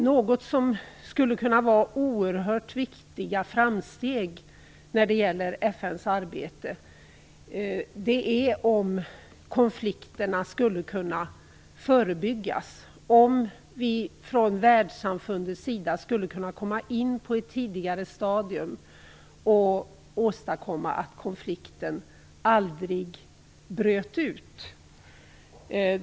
Något som skulle kunna vara oerhört viktiga framsteg när det gäller FN:s arbete är om konflikterna skulle kunna förebyggas, om världssamfundet skulle kunna komma in på ett tidigare stadium och därigenom åstadkomma att konflikten aldrig bryter ut.